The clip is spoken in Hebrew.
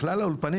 בכלל האולפנים,